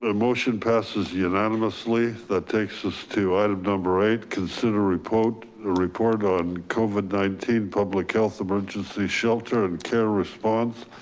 ah motion passes unanimously. that takes us to item number eight, consider report ah report on covid nineteen public health, emergency shelter and care response,